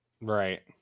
right